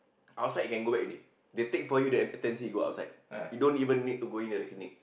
outside you can go back already they take for you the M_C go outside you don't even need to go in at the clinic